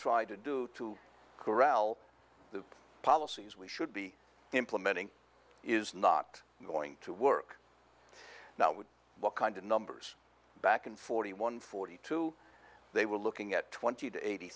try to do to corral the policies we should be implementing is not going to work now with what kind of numbers back in forty one forty two they were looking at twenty to eighty